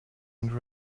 and